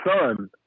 son